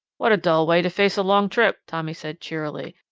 what a dull way to face a long trip! tommy said cheerily.